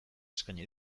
eskaini